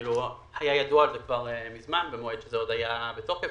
זה היה ידוע במועד שזה עוד היה בתוקף.